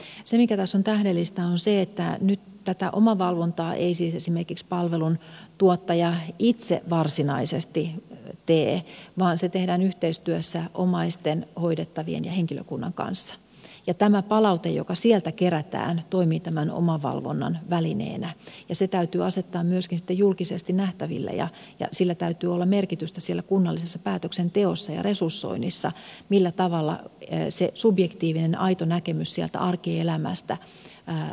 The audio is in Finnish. se mikä tässä on tähdellistä on se että nyt tätä omavalvontaa ei esimerkiksi palveluntuottaja itse varsinaisesti tee vaan se tehdään yhteistyössä omaisten hoidettavien ja henkilökunnan kanssa ja tämä palaute joka sieltä kerätään toimii tämän omavalvonnan välineenä ja se täytyy asettaa myöskin julkisesti nähtäville ja sillä täytyy olla merkitystä kunnallisessa päätöksenteossa ja resursoinnissa millä tavalla se subjektiivinen aito näkemys sieltä arkielämästä näkyy